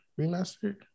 remastered